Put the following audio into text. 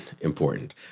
important